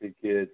ठिके छै